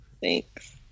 Thanks